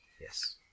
Yes